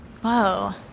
Whoa